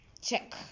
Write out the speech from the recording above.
check